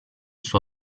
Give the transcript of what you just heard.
suo